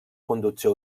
conducció